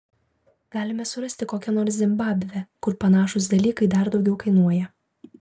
galime surasti kokią nors zimbabvę kur panašūs dalykai dar daugiau kainuoja